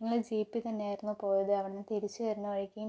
ഞങ്ങൾ ജീപ്പിൽത്തന്നെ ആയിരുന്നു പോയത് അവിടെ നിന്നു തിരിച്ചു വരുന്ന വഴിക്ക്